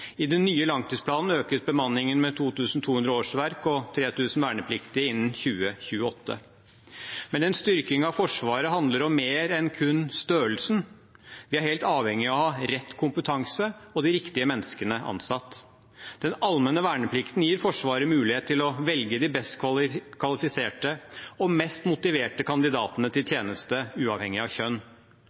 I den nye langtidsplanen økes bemanningen med 2 200 årsverk og 3 000 vernepliktige innen 2028. Men en styrking av Forsvaret handler om mer enn kun størrelsen. Vi er helt avhengige av rett kompetanse og de riktige menneskene ansatt. Den allmenne verneplikten gir Forsvaret mulighet til å velge de best kvalifiserte og mest motiverte kandidatene til tjeneste, uavhengig av kjønn.